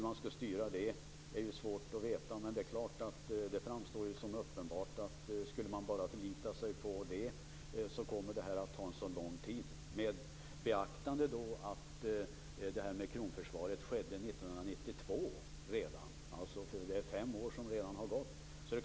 Det är svårt att veta hur man skall styra det. Det framstår som uppenbart, att om man skall förlita sig på det kommer det hela att ta lång tid. Beakta att försvaret av kronan skedde redan 1992. Det är fem år som redan har passerat.